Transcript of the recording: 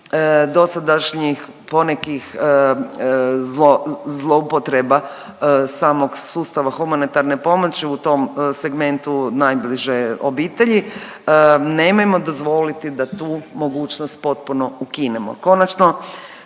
dosadašnjih ponekih zlo, zloupotreba samog sustava humanitarne pomoći u tom segmentu najbliže obitelji nemojmo dozvoliti da tu mogućnost potpuno ukinemo.